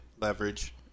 leverage